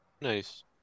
nice